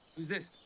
who's this?